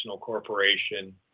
corporation